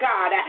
God